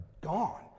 gone